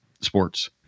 sports